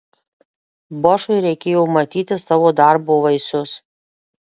bošui reikėjo matyti savo darbo vaisius